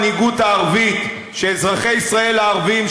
המנהיגות הערבית של אזרחי ישראל הערבים,